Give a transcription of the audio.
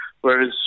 Whereas